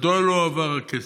מדוע לא הועבר הכסף?